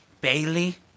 Bailey